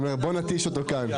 אתה אומר בוא נתיש אותו כאן.